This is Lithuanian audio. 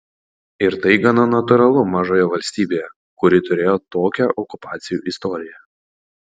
ir tai gana natūralu mažoje valstybėje kuri turėjo tokią okupacijų istoriją